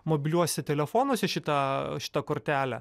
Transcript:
mobiliuose telefonuose šitą šitą kortelę